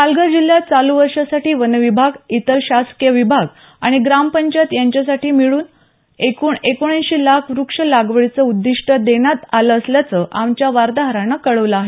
पालघर जिल्ह्यात चालू वर्षासाठी वन विभाग इतर शासकीय विभाग आणि ग्रामपंचायत यांच्यासाठी मिळून एकूण एकोणऐंशी लाख व्रक्ष लागवडीचं उद्दिष्ट देण्यात आलं असल्याचं आमच्या वार्ताहरानं कळवलं आहे